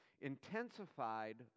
intensified